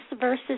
versus